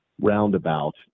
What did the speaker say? roundabout